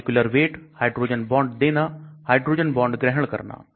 molecular weight hydrogen bond देना hydrogen bond ग्रहण करना